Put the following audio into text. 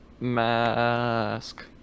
Mask